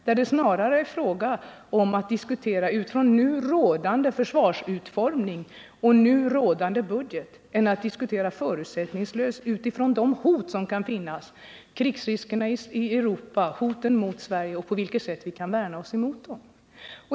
Det är snarare fråga om att diskutera utifrån nu rådande försvarsutformning och nu rådande budget än att diskutera förutsättningslöst utifrån de hot som kan finnas — krigsrisken i Europa och hoten mot Sverige - och på vilka sätt vi kan värna oss emot dem.